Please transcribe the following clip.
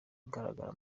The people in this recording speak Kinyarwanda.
agaragara